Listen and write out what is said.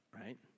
right